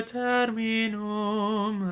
terminum